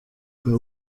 cya